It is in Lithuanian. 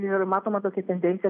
ir matoma tokia tendencija